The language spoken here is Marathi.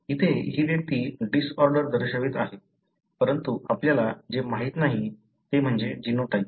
इथे ही व्यक्ती डिसऑर्डर दर्शवित आहे परंतु आपल्याला जे माहित नाही ते म्हणजे जीनोटाइप